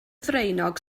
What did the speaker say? ddraenog